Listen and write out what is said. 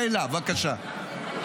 שאלה, בבקשה.